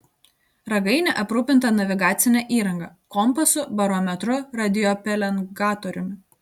ragainė aprūpinta navigacine įranga kompasu barometru radiopelengatoriumi